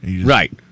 right